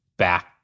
back